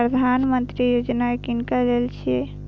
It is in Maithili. प्रधानमंत्री यौजना किनका लेल छिए?